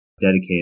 dedicated